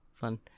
fun